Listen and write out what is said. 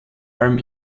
allem